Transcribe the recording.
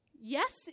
Yes